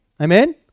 Amen